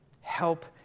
Help